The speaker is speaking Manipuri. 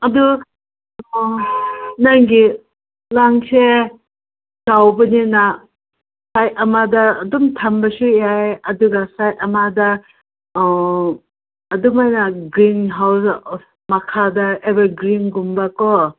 ꯑꯗꯨ ꯅꯪꯒꯤ ꯂꯝꯁꯦ ꯆꯥꯎꯕꯅꯤꯅ ꯁꯥꯏꯠ ꯑꯃꯗ ꯑꯗꯨꯝ ꯊꯝꯕꯁꯨ ꯌꯥꯏ ꯑꯗꯨꯒ ꯁꯥꯏꯠ ꯑꯃꯗ ꯑꯗꯨꯃꯥꯏꯅ ꯒ꯭ꯔꯤꯟ ꯍꯥꯎꯁ ꯃꯈꯥꯗ ꯑꯦꯕꯔ ꯒ꯭ꯔꯤꯟꯒꯨꯝꯕꯀꯣ